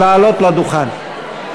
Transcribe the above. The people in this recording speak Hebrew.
לעלות לדוכן.